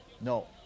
No